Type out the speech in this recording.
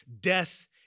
death